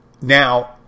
Now